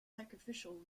sacrificial